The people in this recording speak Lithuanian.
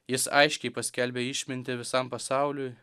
jis aiškiai paskelbė išmintį visam pasauliui